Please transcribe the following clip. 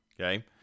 Okay